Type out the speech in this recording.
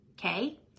Okay